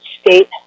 state